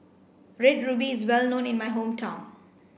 red ruby is well known in my hometown